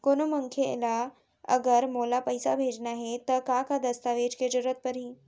कोनो मनखे ला अगर मोला पइसा भेजना हे ता का का दस्तावेज के जरूरत परही??